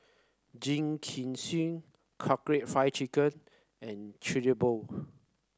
Jingisukan Karaage Fried Chicken and Chigenabe